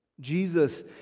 Jesus